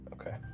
Okay